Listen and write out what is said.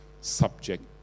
subject